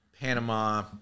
Panama